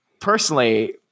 personally